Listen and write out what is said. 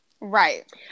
Right